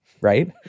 right